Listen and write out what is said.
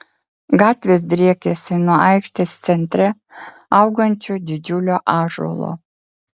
gatvės driekėsi nuo aikštės centre augančio didžiulio ąžuolo